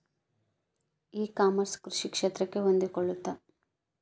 E commerce ಕೃಷಿ ಕ್ಷೇತ್ರಕ್ಕೆ ಹೊಂದಿಕೊಳ್ತೈತಾ?